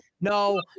no